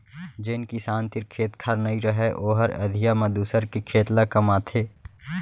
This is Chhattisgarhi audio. जेन किसान तीर खेत खार नइ रहय ओहर अधिया म दूसर के खेत ल कमाथे